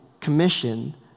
Commission